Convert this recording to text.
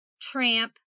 Tramp